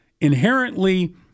inherently